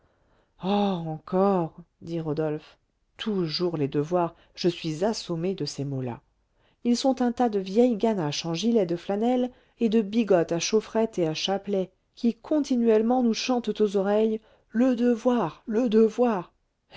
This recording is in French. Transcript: encore dit rodolphe toujours les devoirs je suis assommé de ces mots-là ils sont un tas de vieilles ganaches en gilet de flanelle et de bigotes à chaufferette et à chapelet qui continuellement nous chantent aux oreilles le devoir le devoir